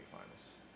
Finals